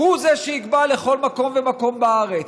הוא שיקבע לכל מקום ומקום בארץ.